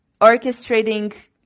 orchestrating